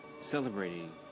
celebrating